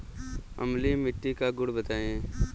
अम्लीय मिट्टी का गुण बताइये